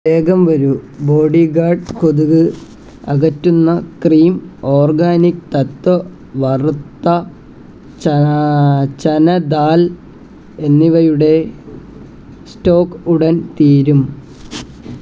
വേഗം വരൂ ബോഡിഗാർഡ് കൊതുക് അകറ്റുന്ന ക്രീം ഓർഗാനിക് തത്വ വറുത്ത ചന ദാൽ എന്നിവയുടെ സ്റ്റോക് ഉടൻ തീരും